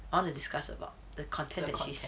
I wanna discuss about the content that she's